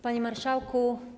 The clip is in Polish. Panie Marszałku!